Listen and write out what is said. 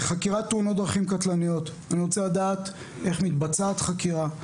חקירת תאונות דרכים קטלניות אני רוצה לדעת איך מתבצעת חקירה,